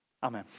Amen